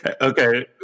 Okay